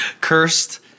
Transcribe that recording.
Cursed